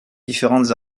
différentes